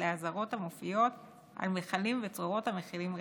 לאזהרות המופיעות על מכלים וצרורות המכילים רעלים.